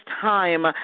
time